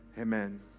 Amen